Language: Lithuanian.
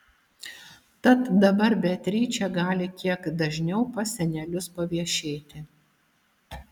tad dabar beatričė gali kiek dažniau pas senelius paviešėti